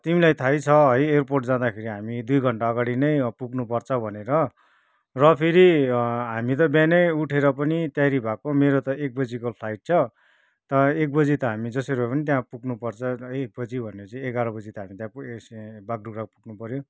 तिमीलाई थाहै छ है एयरपोर्ट जाँदाखेरि हामी दुई घन्टा अगाडि नै पुग्नु पर्छ भनेर र फेरि हामी त बिहानै उठेर पनि तयारी भएको मेरो त एक बजेको फ्लाइट छ त एकबजी त हामी जसरी भए पनि त्यहाँ पुग्नु पर्छ एकबजी भनेपछि एघार बजी त हामी त्यहाँ बागडोग्रा पुग्नु पऱ्यो